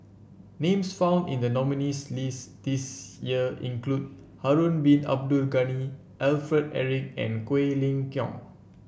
names found in the nominees' list this year include Harun Bin Abdul Ghani Alfred Eric and Quek Ling Kiong